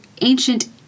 ancient